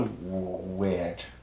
weird